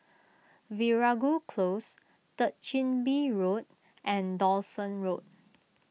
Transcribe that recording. Veeragoo Close Third Chin Bee Road and Dawson Road